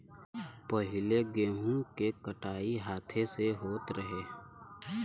पहिले गेंहू के कटाई हाथे से होत रहे